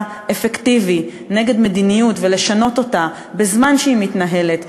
אפקטיבי נגד מדיניות ולשנות אותה בזמן שהיא מתנהלת,